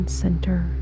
center